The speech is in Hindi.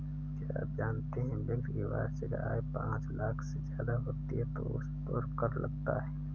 क्या आप जानते है व्यक्ति की वार्षिक आय पांच लाख से ज़्यादा होती है तो उसपर कर लगता है?